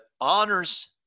honors